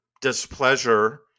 displeasure